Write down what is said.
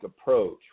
approach